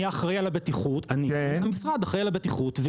אני אחראי על הבטיחות --- המשרד אחראי על הבטיחות.